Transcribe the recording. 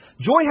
Joy